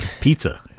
pizza